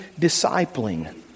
discipling